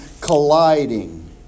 colliding